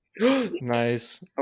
Nice